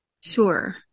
sure